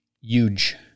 huge